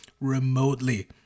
remotely